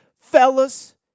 fellas